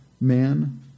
man